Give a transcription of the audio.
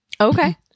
Okay